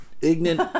ignorant